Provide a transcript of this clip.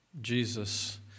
jesus